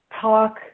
talk